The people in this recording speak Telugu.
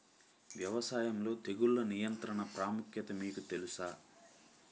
వ్యవసాయంలో తెగుళ్ల నియంత్రణ ప్రాముఖ్యత మీకు తెలుసా?